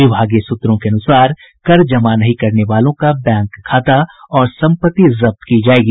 विभागीय सूत्रों के अनुसार कर जमा नहीं करने वालों का बैंक खाता और सम्पत्ति जब्त की जायेगी